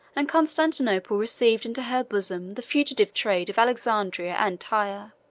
and constantinople received into her bosom the fugitive trade of alexandria and tyre.